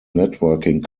networking